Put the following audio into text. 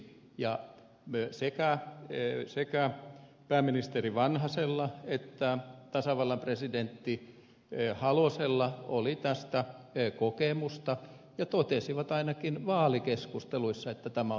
ja sekä pääministeri vanhasella että tasavallan presidentti halosella oli tästä kokemusta ja he totesivat ainakin vaalikeskusteluissa että tämä on toiminut hyvin